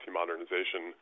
modernization